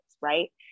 right